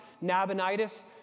Nabonidus